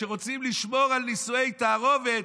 כשרוצים לשמור על נישואי תערובת,